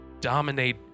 dominate